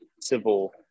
civil